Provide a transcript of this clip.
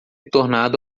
tornado